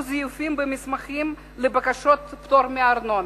זיופים במסמכים לבקשות פטור מארנונה.